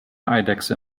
eidechse